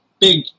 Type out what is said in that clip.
big